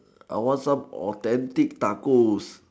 I want some authentic tacos